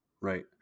Right